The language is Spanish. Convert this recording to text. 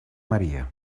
maría